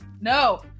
No